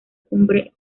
cumbre